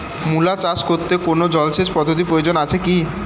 মূলা চাষ করতে কোনো জলসেচ পদ্ধতির প্রয়োজন আছে কী?